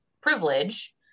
privilege